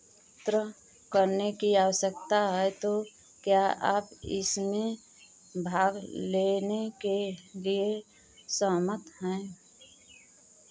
त्र करने की आवश्यकता है तो क्या आप इसमे भाग लेने के लिए सहमत हैं